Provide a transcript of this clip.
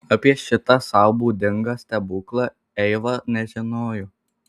apie šitą sau būdingą stebuklą eiva nežinojo